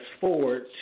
forward